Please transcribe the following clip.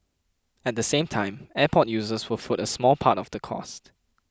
at the same time airport users will foot a small part of the cost